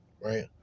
Right